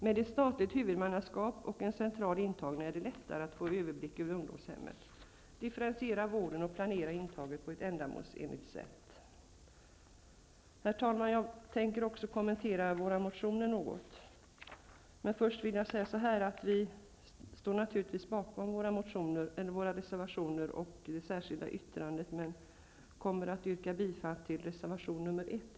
Med ett statligt huvudmannaskap och en central intagning är det lättare att få en överblick över ungdomshemmen, differentiera vården och planera intaget på ett ändamålsenligt sätt. Herr talman! Jag tänkte också något kommentera våra motioner. Vi socialdemokrater står naturligtvis bakom våra reservationer och det särskilda yttrandet, och jag kommer att yrka bifall till reservation 1.